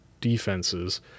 defenses